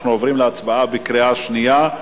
אנחנו עוברים להצבעה בקריאה שנייה,